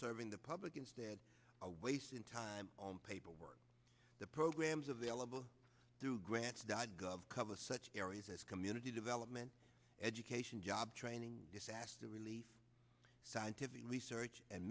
serving the public instead of wasting time on paperwork the programs available through grants dod gov covers such areas as community development education job training sastre relief scientific research and